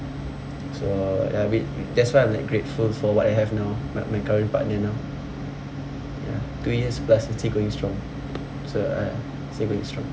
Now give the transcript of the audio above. so ya I mean that's why I'm like grateful for what I have now my my current partner now ya two years plus and still going strong so uh still going strong